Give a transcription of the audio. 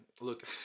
Look